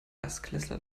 erstklässler